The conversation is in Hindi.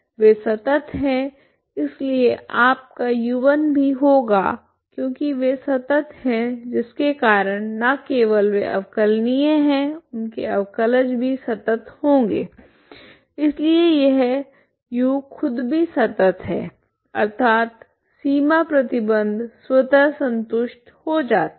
वे संतत हैं इसलिए आपका u1 भी होगा क्योंकि वे संतत हैं जिसके कारण ना केवल वे अवकलनीय है उनके अवकलज भी संतत होगे इसलिए यह u खुद भी संतत है अर्थात सीमा प्रतिबंध स्वतः संतुष्ट हो जाती है